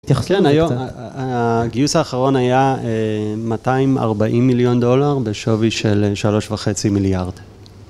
כן, היום... הגיוס האחרון היה אה, 240 מיליון דולר בשווי של שלוש וחצי מיליארד.